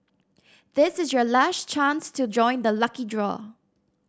this is your last chance to join the lucky draw